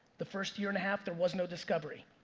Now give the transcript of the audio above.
the first year and a half, there was no discovery.